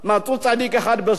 מצאו צדיק אחד בסדום,